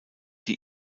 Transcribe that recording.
die